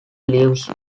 leaves